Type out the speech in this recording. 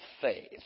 faith